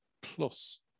plus